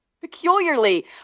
Peculiarly